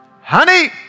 Honey